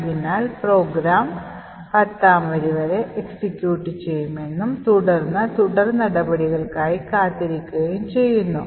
അതിനാൽ പ്രോഗ്രാം 10 ാം വരി വരെ എക്സിക്യൂട്ട് ചെയ്യുമെന്നും തുടർന്ന് തുടർ നടപടികൾക്കായി കാത്തിരിക്കുകയും ചെയ്യുന്നു